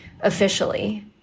officially